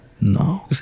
no